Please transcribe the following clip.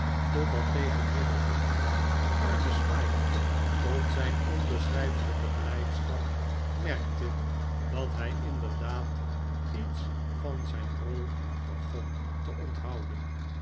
totdat tegen middernacht de arme smike tot zijn onbeschrijfelijke blijdschap merkte dat hij inderdaad iets van zijn rol begon te onthouden